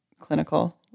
clinical